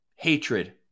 hatred